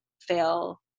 fail